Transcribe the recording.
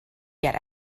get